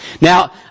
Now